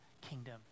kingdom